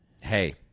hey